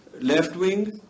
left-wing